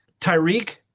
Tyreek